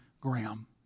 Graham